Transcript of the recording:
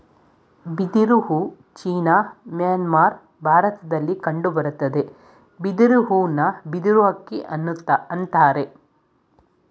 ಬಿದಿರು ಹೂ China Myanmar ಭಾರತದಲ್ಲಿ ಕಂಡುಬರ್ತದೆ ಬಿದಿರು ಹೂನ ಬಿದಿರು ಅಕ್ಕಿ ಅಂತರೆ